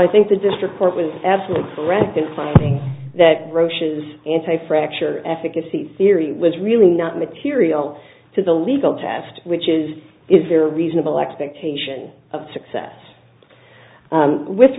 i think the district court was absolutely correct in finding that roche's anti fracture efficacies theory was really not material to the legal test which is is there a reasonable expectation of success with